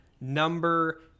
number